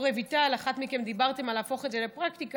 או רויטל, אחת מכן דיברה על להפוך את זה לפרקטיקה,